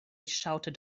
shouted